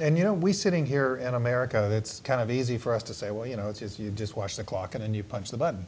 and you know we sitting here in america that's kind of easy for us to say well you know it's you just watch the clock and you punch the button